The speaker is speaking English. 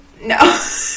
No